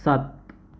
सात